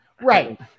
Right